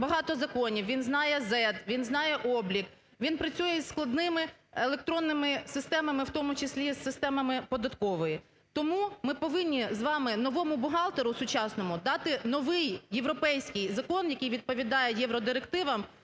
багато законів, він знає "Z", він знає облік, він працює із складними електронними системами, в тому числі із системами податкової. Тому ми повинні з вами новому бухгалтеру, сучасному, дати новий європейський закон, який відповідає євродирективам